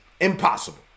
Impossible